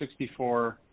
64